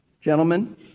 gentlemen